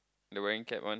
the wearing cap one